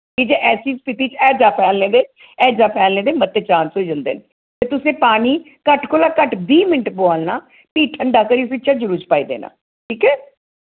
की जे ऐसी स्थिति च हैजा फैलने दे हैजा फैलने दे मते चांस होई जंदे न ते तुसें पानी घट्ट कोला घट्ट बीह् मिन्ट बोआलना फ्ही ठंडा करियै फ्ही झज्जरू च पाई देना ठीक ऐ